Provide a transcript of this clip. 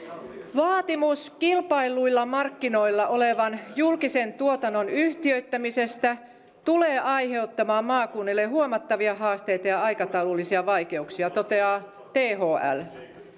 vaatimus kilpailluilla markkinoilla olevan julkisen tuotannon yhtiöittämisestä tulee aiheuttamaan maakunnille huomattavia haasteita ja aikataulullisia vaikeuksia toteaa thl